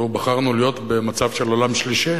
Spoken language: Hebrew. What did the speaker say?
לו בחרנו להיות במצב של עולם שלישי,